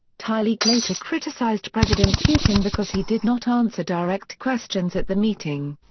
tylik later criticized president putin because he did not answer direct questions at the meeting.